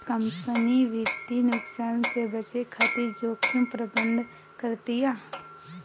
company वित्तीय नुकसान से बचे खातिर जोखिम प्रबंधन करतिया